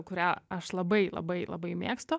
kurią aš labai labai labai mėgstu